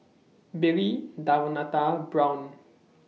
Billy Davonta and Brown